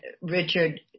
Richard